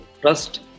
Trust